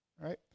Right